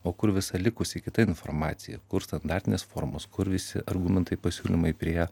o kur visa likusi kita informacija kur standartinės formos kur visi argumentai pasiūlymai prie